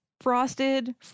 frosted